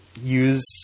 use